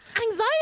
anxiety